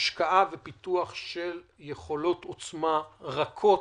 בהשקעה ופיתוח של יכולות עוצמה רכות.